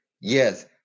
Yes